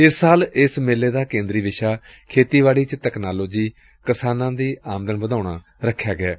ਇਸ ਸਾਲ ਇਸ ਮੇਲੇ ਦਾ ਕੇਂਦਰੀ ਵਿਸ਼ਾ ਖੇਤੀਬਾੜੀ ਵਿਚ ਤਕਨਾਲੋਜੀ ਕਿਸਾਨਾਂ ਦੀ ਆਮਦਨ ਵਧਾਉਣ ਰਖਿਆ ਗਿਐ